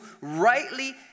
rightly